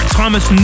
Thomas